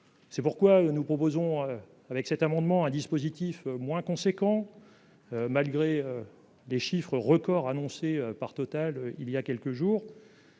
C'est pourquoi nous proposons avec cet amendement, un dispositif moins conséquent, malgré des chiffres records annoncés par Total, il y a quelques jours.